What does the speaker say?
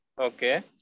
okay